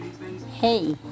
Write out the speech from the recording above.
Hey